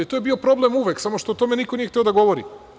To je bio problem uvek, samo što o tome niko nije hteo da govori.